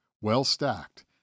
well-stacked